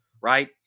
right